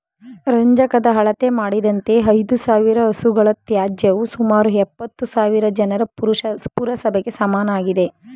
ರಂಜಕದ ಅಳತೆ ಮಾಡಿದಂತೆ ಐದುಸಾವಿರ ಹಸುಗಳ ತ್ಯಾಜ್ಯವು ಸುಮಾರು ಎಪ್ಪತ್ತುಸಾವಿರ ಜನರ ಪುರಸಭೆಗೆ ಸಮನಾಗಿದೆ